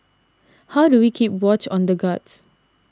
how do we keep watch on the guards